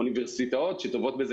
אוניברסיטאות שטובות בזה,